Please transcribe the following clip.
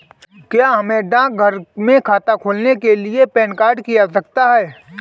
क्या हमें डाकघर में खाता खोलने के लिए पैन कार्ड की आवश्यकता है?